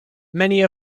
many